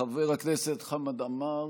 חבר הכנסת חמד עמאר,